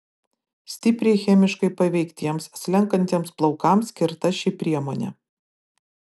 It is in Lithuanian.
stipriai chemiškai paveiktiems slenkantiems plaukams skirta ši priemonė